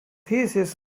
thesis